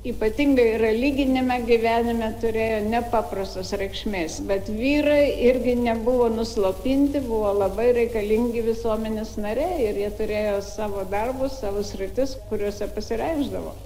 ypatingai yra lyginime gyvenime turėjo nepaprastos reikšmės bet vyrai irgi nebuvo nuslopinti buvo labai reikalingi visuomenės nariai ir jie turėjo savo darbus savo sritis kuriose pasireikšdavo